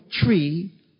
tree